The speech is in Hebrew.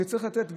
שצריך לתת,